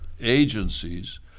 agencies